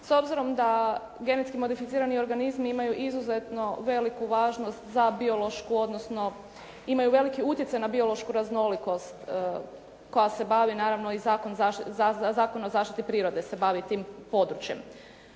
s obzirom da genetski modificirani organizmi imaju izuzetno veliku važnost za biološku odnosno imaju veliki utjecaj na biološku raznolikost koja se bavi naravno i Zakon o zaštiti prirode se bavi tim područjem.